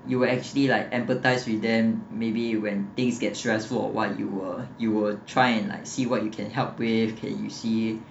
you will actually like empathise with them maybe when things get stressful or what you will you will try and like see what you can help with okay you see